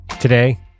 Today